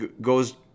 goes